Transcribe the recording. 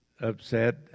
upset